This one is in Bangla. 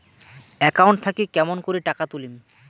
একাউন্ট থাকি কেমন করি টাকা তুলিম?